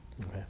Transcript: Okay